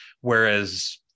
whereas